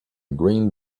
green